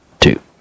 two